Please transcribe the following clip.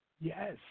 Yes